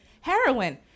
Heroin